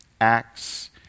Acts